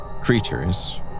Creatures